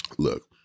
look